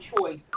choice